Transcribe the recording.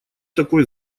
такой